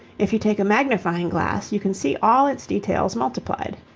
if you take a magnifying glass you can see all its details multiplied.